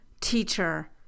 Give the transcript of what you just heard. teacher